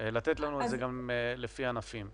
לתת לנו אותו לפי ענפים.